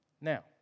Now